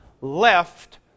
left